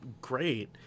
great